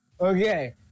Okay